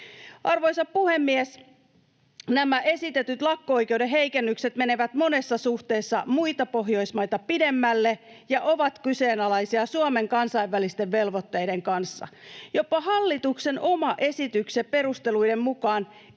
Arvoisa puhemies! Nämä esitetyt lakko-oikeuden heikennykset menevät monessa suhteessa muita Pohjoismaita pidemmälle ja ovat kyseenalaisia Suomen kansainvälisten velvoitteiden kanssa. Jopa hallituksen oman esityksen perusteluiden mukaan